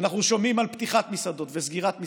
אנחנו שומעים על פתיחת מסעדות וסגירת מסעדות,